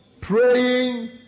praying